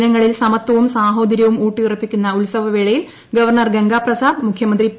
ജന്റങ്ങളിൽ സമത്വവും സാഹോദര്യവും ഊട്ടി ഉറപ്പിക്കുന്ന ഉത്സവവേള്യിൽ ഗവർണർ ഗംഗാ പ്രസാദ് മുഖ്യമന്ത്രി പി